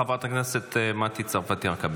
חברת הכנסת מטי צרפתי הרכבי,